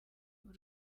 uru